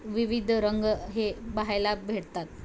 विविध रंग हे पाहायला भेटतात